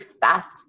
fast